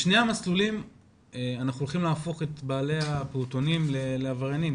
בשני המסלולים אנחנו הולכים להפוך את בעלי הפעוטונים לעבריינים.